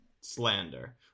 slander